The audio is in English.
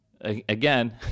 again